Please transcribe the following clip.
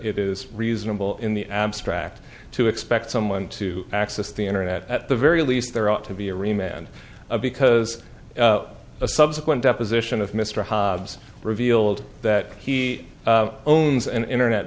it is reasonable in the abstract to expect someone to access the internet at the very least there ought to be a rematch and because a subsequent deposition of mr hobbs revealed that he owns an internet